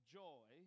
joy